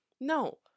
No